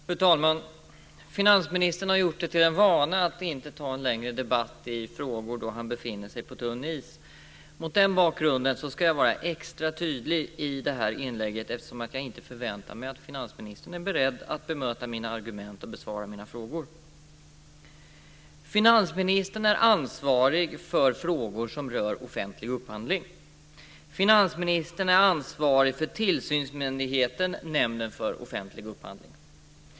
Fru talman! Finansministern har gjort det till en vana att inte föra en längre debatt i frågor där han befinner sig på tunn is. Mot den bakgrunden ska jag vara extra tydlig i detta inlägg, eftersom jag inte förväntar mig att finansministern är beredd att bemöta mina argument och besvara mina frågor. Finansministern är ansvarig för frågor som rör offentlig upphandling. Finansministern är ansvarig för tillsynsmyndigheten Nämnden för offentlig upphandling.